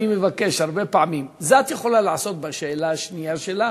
אני מבקש הרבה פעמים: את זה את יכולה לעשות בשאלה השנייה שלך,